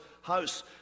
house